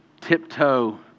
tiptoe